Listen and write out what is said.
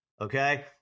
okay